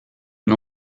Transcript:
une